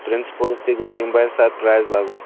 principals تہِ گَژھِ ییٚمہِ بارِ سرپرٛایِز لَگُن